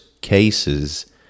cases